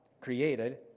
created